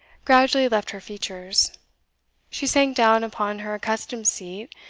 gradually left her features she sank down upon her accustomed seat,